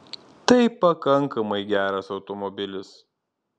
tai pakankamai geras automobilis